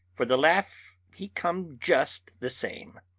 for the laugh he come just the same.